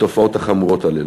בתופעות החמורות הללו.